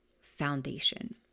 foundation